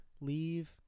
leave